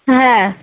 হ্যাঁ